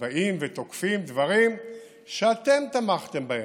באים ותוקפים דברים שאתם תמכתם בהם?